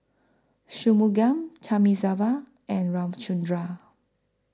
Shunmugam Thamizhavel and Ramchundra